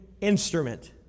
instrument